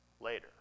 later